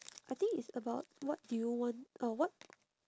I think it's about what do you want uh what